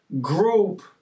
group